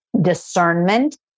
discernment